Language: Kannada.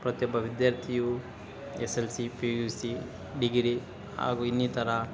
ಪ್ರತಿಯೊಬ್ಬ ವಿದ್ಯಾರ್ಥಿಯೂ S L C P U C degree ಹಾಗೂ ಇನ್ನಿತರ